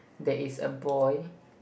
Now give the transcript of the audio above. there is a boy